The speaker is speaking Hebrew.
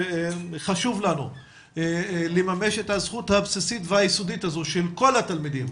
חשוב לנו לממש את הזכות הבסיסית והיסודית הזו של כל התלמידים,